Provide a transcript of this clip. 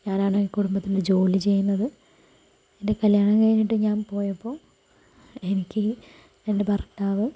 ഞാനാണ് ഈ കുടുംബത്തിൻറെ ജോലി ചെയ്യുന്നത് എൻറെ കല്യാണം കഴിഞ്ഞിട്ട് ഞാൻ പോയപ്പോൾ എനിക്ക് എൻ്റെ ഭർത്താവ്